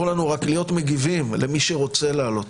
לנו להיות רק מגיבים למי שרוצה לעלות.